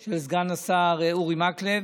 של סגן השר אורי מקלב,